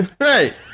Right